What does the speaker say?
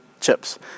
chips